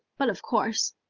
but of course.